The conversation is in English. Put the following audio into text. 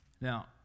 Now